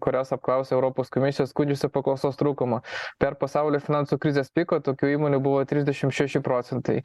kurios apklausė europos komisija skundžiasi paklausos trūkumu per pasaulio finansų krizės piko tokių įmonių buvo trisdešim šeši procentai